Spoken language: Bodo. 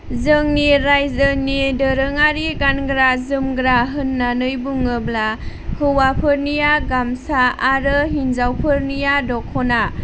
जोंनि रायजोनि दोरोङारि गानग्रा जोमग्रा होननानै बुङोब्ला हौवाफोरनिया गामसा आरो हिन्जावफोरनिया द'खना